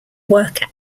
worker